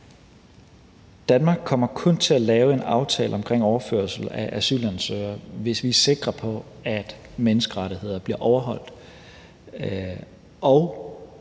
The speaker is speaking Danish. Danmark kommer kun til at lave en aftale omkring overførsel asylansøgere, hvis vi er sikre på, at menneskerettigheder bliver overholdt.